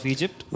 Egypt